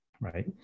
right